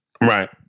Right